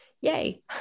yay